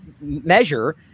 measure